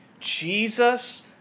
jesus